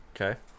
Okay